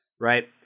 right